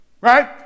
Right